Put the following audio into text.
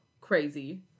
Crazy